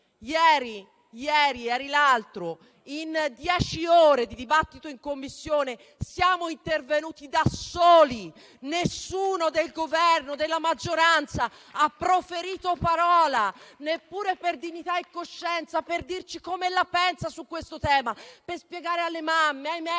Ieri, ieri l'altro, in dieci ore di dibattito in Commissione siamo intervenuti da soli, nessuno del Governo e della maggioranza ha proferito parola *(Applausi dal Gruppo PD)*, neppure per dignità e coscienza, per dirci come la pensa su questo tema, per spiegare alle mamme, ai medici